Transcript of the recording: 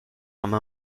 comme